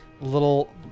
little